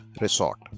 resort